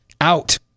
out